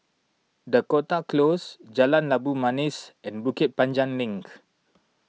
Dakota Close Jalan Labu Manis and Bukit Panjang Link